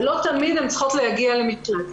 למיטב הבנתי,